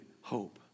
hope